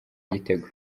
igitego